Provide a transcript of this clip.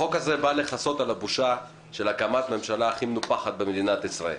החוק הזה בא לכסות על הבושה של הקמת הממשלה הכי מנופחת במדינת ישראל.